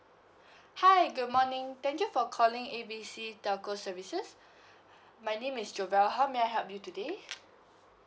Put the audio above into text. hi good morning thank you for calling A B C telco services my name is jovel how may I help you today